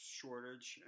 shortage